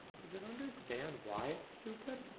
does it understand why it's stupid